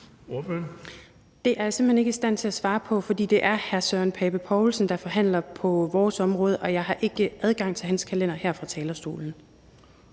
Det er jeg simpelt hen ikke i stand til at svare på, fordi det er hr. Søren Pape Poulsen, der forhandler på vores område, og jeg har ikke adgang til hans kalender her fra talerstolen.